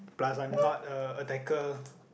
plus I'm not a attacker